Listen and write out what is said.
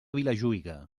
vilajuïga